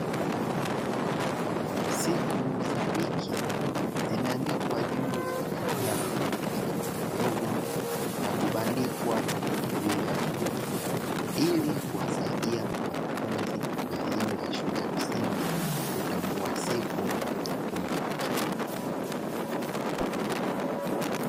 Siku za wiki zimeandikwa juu ya karatasi vidogovidogo na kubandikwa juu ya ukuta ili kuwasaidia wanafunzi wa elimu ya shule ya msingi kutambua siku za wiki.